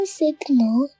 signal